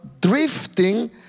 drifting